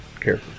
care